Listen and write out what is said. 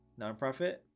nonprofit